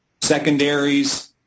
secondaries